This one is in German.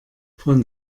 von